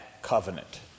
Covenant